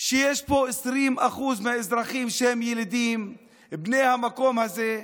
שיש פה 20% מהאזרחים שהם ילידים, בני המקום הזה.